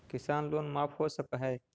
किसान लोन माफ हो सक है?